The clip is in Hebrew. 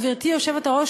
גברתי היושבת-ראש,